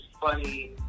funny